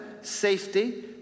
safety